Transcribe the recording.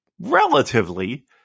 relatively